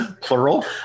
plural